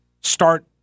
start